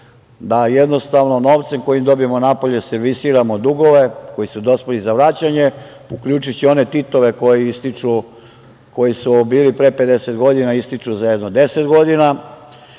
da jednostavno novcem koji dobijemo napolju servisiramo dugove koji su dospeli za vraćanje, uključujući i one Titove koji su bili pre 50 godina a ističu za jedno 10 godina. Moramo